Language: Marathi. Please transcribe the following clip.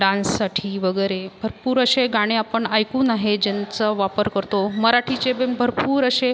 डान्ससाठी वगैरे भरपूर असे गाणे आपण ऐकून आहे ज्यांचं वापर करतो मराठीचे बेम् भरपूर असे